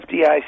FDIC